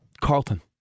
Carlton